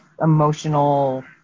emotional